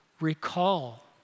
recall